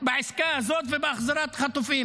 בעסקה הזאת ובהחזרת החטופים.